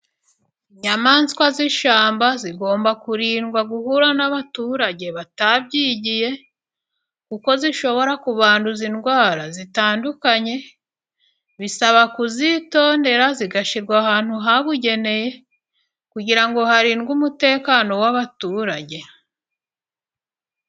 Inyamaswa z'ishyamba zigomba kurindwa, guhura n'abaturage batabyigiye, kuko zishobora kubanduza indwara zitandukanye, bisaba kuzitondera zigashyirwa ahantu habugenewe, kugira ngo harindwe umutekano w'abaturage.